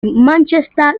manchester